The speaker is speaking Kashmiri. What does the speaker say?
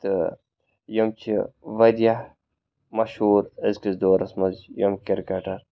تہٕ یِم چھِ واریاہ مشہوٗر أزۍکِس دورس منٛز یِم کِرٛکٹر